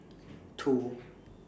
two